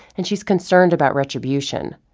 and she's concerned about retribution.